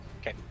Okay